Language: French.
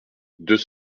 deux